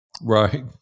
right